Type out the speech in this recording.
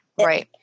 right